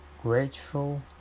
grateful